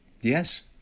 yes